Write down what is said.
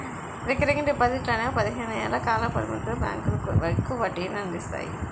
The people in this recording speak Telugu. రికరింగ్ డిపాజిట్లు అనేవి పదిహేను ఏళ్ల కాల పరిమితితో బ్యాంకులు ఎక్కువ వడ్డీనందిస్తాయి